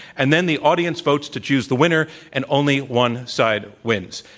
and then the audience votes to choose the winner and only one side wins.